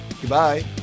Goodbye